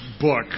book